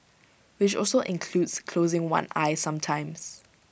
which also includes closing one eye sometimes